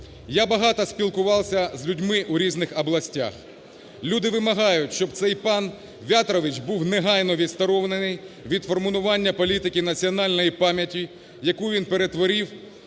Я багато спілкувався з людьми у різних областях. Люди вимагають, щоб цей пан В'ятрович був негайно відсторонений від формування політики національної пам'яті, яку він перетворив